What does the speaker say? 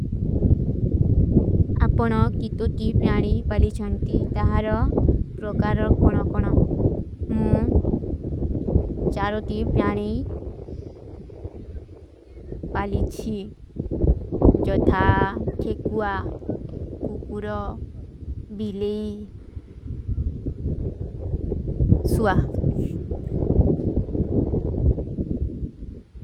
ଆପନୋ କିତୋତୀ ପ୍ଯାଣୀ ପଲିଛନତୀ ତହାରୋ ପ୍ରକାରୋ କୌନୋ କୌନୋ। ମୁଂ ଚାରୋତୀ ପ୍ଯାଣୀ ପଲିଛୀ ଜୋଧା, ଖେକୁଆ, କୁକୁରୋ, ବିଲେଈ, ସୁଆଫ।